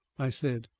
i said.